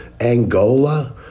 Angola